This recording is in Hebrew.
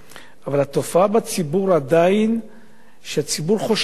אבל התופעה בציבור, עדיין הציבור חושש.